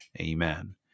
Amen